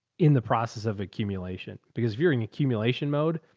in the process of accumulation, because if you're in accumulation mode,